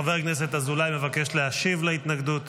חבר הכנסת אזולאי מבקש להשיב על ההתנגדות.